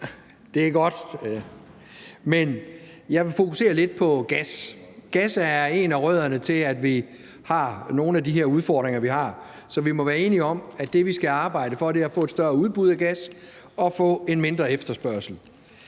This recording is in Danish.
med os. Jeg vil fokusere lidt på gas. Gas er en af rødderne til, at vi har nogle af de her udfordringer, vi har. Så vi må være enige om, at det, vi skal arbejde for, er at få et større udbud af gas og få en mindre efterspørgsel.